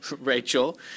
Rachel